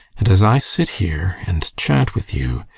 and as i sit here and chat with you,